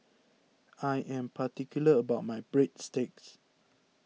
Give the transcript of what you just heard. I am particular about my Breadsticks